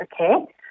okay